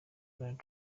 donald